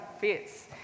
fits